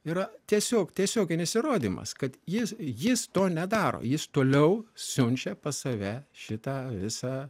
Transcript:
yra tiesiog tiesioginis įrodymas kad jis jis to nedaro jis toliau siunčia pas save šitą visą